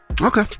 okay